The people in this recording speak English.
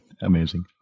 Amazing